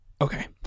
Okay